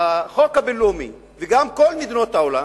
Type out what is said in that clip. החוק הבין-לאומי, וגם כל מדינות העולם,